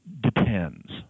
depends